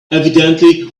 evidently